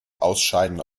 ausscheiden